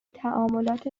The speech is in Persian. تعاملات